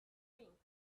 think